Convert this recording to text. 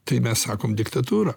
tai mes sakom diktatūra